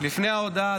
לפני ההודעה,